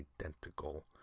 identical